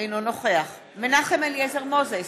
אינו נוכח מנחם אליעזר מוזס,